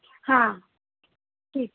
हां ठीक